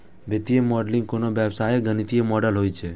वित्तीय मॉडलिंग कोनो व्यवसायक गणितीय मॉडल होइ छै